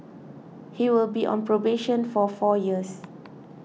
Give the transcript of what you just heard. he will be on probation for four years